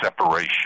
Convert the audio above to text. separation